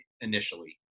initially